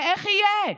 ואיך יהיה?